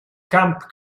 camp